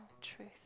truth